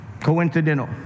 coincidental